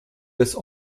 des